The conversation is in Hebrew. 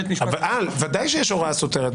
ודאי שיש הוראה סותרת.